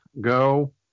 go